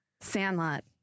Sandlot